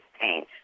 pain